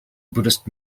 buddhist